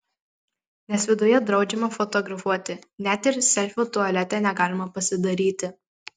nes viduje draudžiama fotografuoti net ir selfio tualete negalima pasidaryti